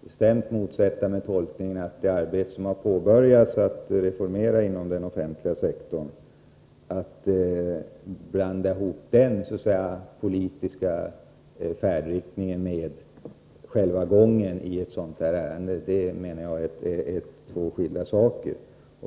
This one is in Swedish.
bestämt motsätta mig att man blandar ihop den politiska färdriktningen i det arbete som har påbörjats för att genomföra reformer inom den offentliga sektorn med gången i ett sådant här enskilt ärende. Det är fråga om två skilda saker.